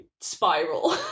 spiral